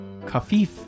Kafif